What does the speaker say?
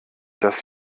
dass